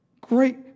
great